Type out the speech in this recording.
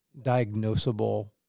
diagnosable